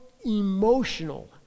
emotional